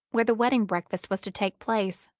where the wedding-breakfast was to take place,